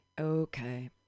Okay